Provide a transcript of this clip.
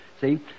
See